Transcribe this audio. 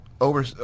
over